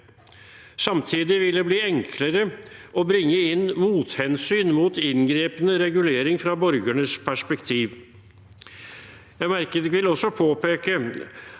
Samtidig vil det bli enklere å bringe inn mothensyn til inngripende regulering fra borgernes perspektiv. Jeg vil også påpeke